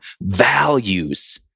values